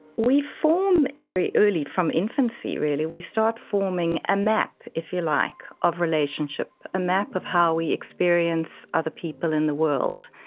we form very early, from infancy really we start forming a map, if you like, of relationships, and ah map of how we experience other people in the world.